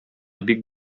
бик